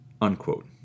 unquote